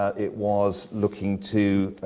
ah it was looking to